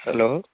hello